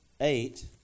Eight